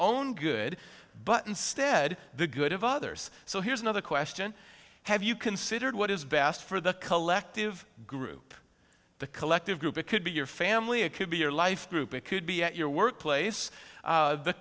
own good but instead the good of others so here's another question have you considered what is best for the collective group the collective group it could be your family it could be your life group it could be at your workplace